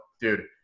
dude